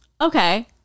Okay